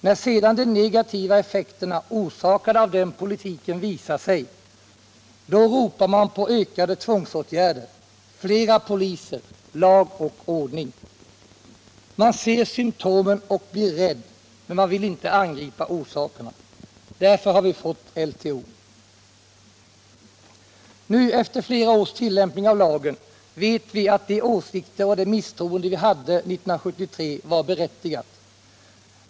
När sedan de negativa effekterna orsakade av den politiken visar sig, då ropar man på ökade tvångsåtgärder, flera poliser, lag och ordning. Man ser symtomen och blir rädd, men man vill inte angripa orsakerna. Därför har vi fått LTO. Nu, efter flera års tillämpning av lagen, vet vi att de åsikter vi hade och det misstroende vi visade 1973 var berättigade.